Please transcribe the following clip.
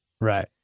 Right